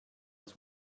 his